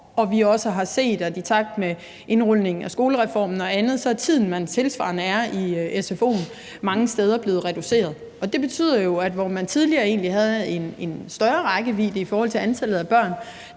og vi har også set, at i takt med udrulningen af skolereformen og andet er den tid, man er i sfo'en, mange steder blevet reduceret. Det betyder jo, at hvor man tidligere egentlig havde en større bredde i forhold til antallet af børn,